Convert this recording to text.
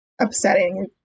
upsetting